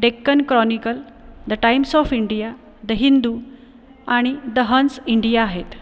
Deccan Chronicle the Times of India the Hindu आणि the Hans India आहेत